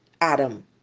Adam